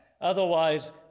Otherwise